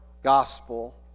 gospel